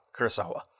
Kurosawa